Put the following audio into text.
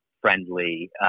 friendly